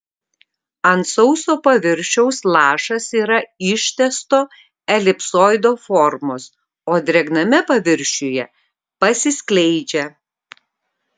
ant sauso paviršiaus lašas yra ištęsto elipsoido formos o drėgname paviršiuje pasiskleidžia